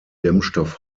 dämmstoff